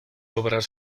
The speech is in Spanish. obras